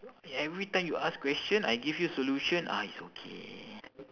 every time you ask question I give you solution ah it's okay